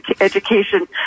education